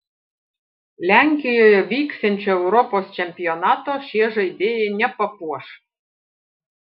lenkijoje vyksiančio europos čempionato šie žaidėjai nepapuoš